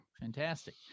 Fantastic